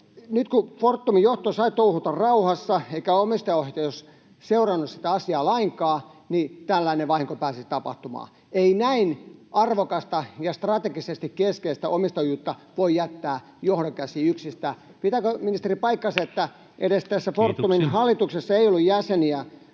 Nyt kun Fortumin johto sai touhuta rauhassa eikä omistajaohjaus seurannut sitä asiaa lainkaan, tällainen vahinko pääsi tapahtumaan. Ei näin arvokasta ja strategisesti keskeistä omistajuutta voi jättää johdon käsiin yksistään. Pitääkö, ministeri, paikkansa, että edes Fortumin hallituksessa ei ollut jäseniä